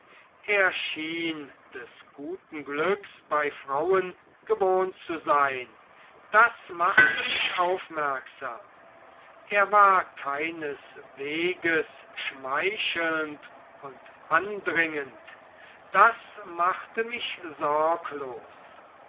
er schien des guten glücks bei frauen gewohnt zu sein das machte mich aufmerksam er war keinesweges schmeichelnd und andringend das machte mich sorglos